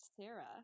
Sarah